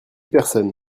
personnes